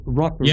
rock